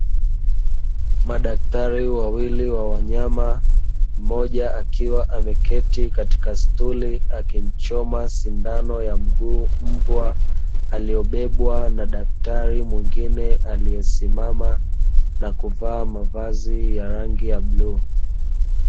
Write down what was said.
Madaktari wawili wa wanyama mmoja akiwa ameketi katika stuli, akimchoma sindano ya mguu mbwa aliyebebwa na daktari mwingine aliyesimama na kuvaa mavazi ya rangi ya bluu.